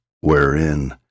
wherein